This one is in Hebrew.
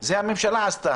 זה הממשלה עשתה.